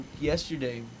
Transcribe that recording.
yesterday